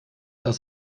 das